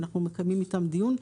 אנחנו מקיימים איתם דיון,